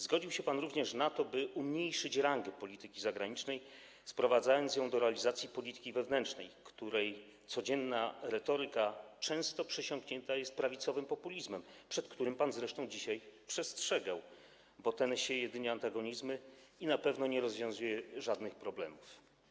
Zgodził się pan również na to, by umniejszyć rangę polityki zagranicznej, sprowadzając ją do realizacji polityki wewnętrznej, w której codzienna retoryka często przesiąknięta jest prawicowym populizmem, przed którym pan zresztą dzisiaj przestrzegał, bo ten sieje jedynie antagonizmy i na pewno nie rozwiązuje żadnych problemów.